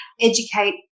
educate